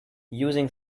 using